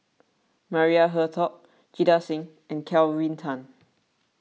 Maria Hertogh Jita Singh and Kelvin Tan